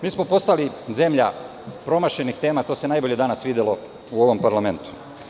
Mi smo postali zemlja promašenih tema i to se najbolje danas videlo u ovom parlamentu.